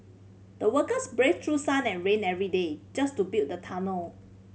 the workers braved through sun and rain every day just to build the tunnel